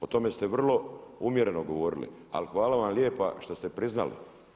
O tome ste vrlo umjereno govorili, ali hvala vam lijepa što ste priznali.